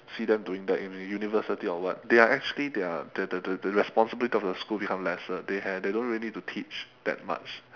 see them doing that in a university or what they are actually their the the the responsibilities of the school become lesser they had they don't really need to teach that much